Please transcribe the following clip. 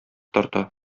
тарта